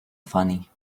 funny